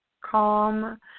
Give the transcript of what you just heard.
calm